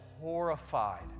horrified